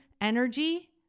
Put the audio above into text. energy